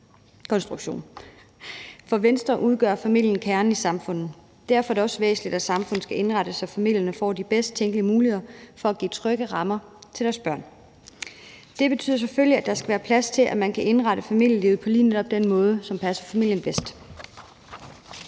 For Venstre udgør familien kernen i samfundet. Derfor er det også væsentligt, at samfundet skal indrettes sådan, at familierne får de bedst tænkelige muligheder for at give trygge rammer til deres børn. Det betyder selvfølgelig, at der skal være plads til, at man kan indrette familielivet på lige netop den måde, som passer familien bedst.